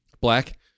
Black